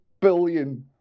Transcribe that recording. billion